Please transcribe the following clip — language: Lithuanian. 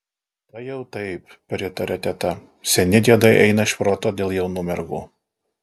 tai jau taip pritarė teta seni diedai eina iš proto dėl jaunų mergų